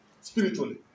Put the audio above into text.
spiritually